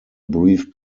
brief